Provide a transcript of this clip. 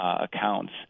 accounts